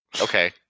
Okay